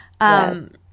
Yes